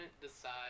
decide